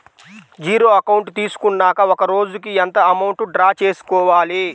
Zero account తీసుకున్నాక ఒక రోజుకి ఎంత అమౌంట్ డ్రా చేసుకోవాలి?